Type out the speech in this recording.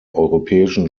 europäischen